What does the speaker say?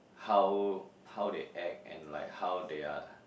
how how they act and like how they are